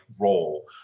role